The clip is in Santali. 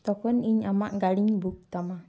ᱛᱚᱠᱷᱚᱱ ᱤᱧ ᱟᱢᱟᱜ ᱜᱟᱹᱰᱤᱧ ᱵᱩᱠ ᱛᱟᱢᱟ